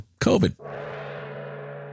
COVID